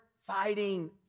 fighting